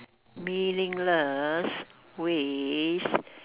meaningless ways